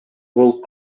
болуп